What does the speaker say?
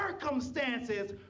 circumstances